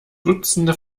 dutzende